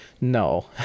No